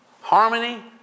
harmony